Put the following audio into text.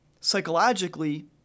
psychologically